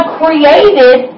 created